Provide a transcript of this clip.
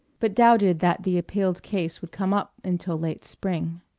but doubted that the appealed case would come up until late spring.